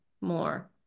more